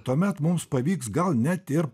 tuomet mums pavyks gal net ir